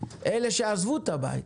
אלה שעזבו את הבית.